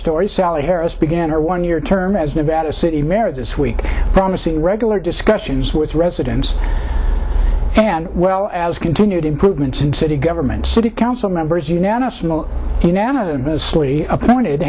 story sally harris began her one year term as nevada city marriage this week promising regular discussions with residents and well as continued improvements in city government city council members you now know you now know them asli appointed